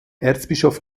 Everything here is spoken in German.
erzbischof